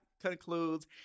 concludes